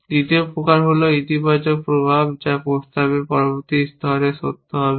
দ্বিতীয় প্রকার হল ইতিবাচক প্রভাব যা প্রস্তাবের পরবর্তী স্তরে সত্য হবে